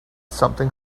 something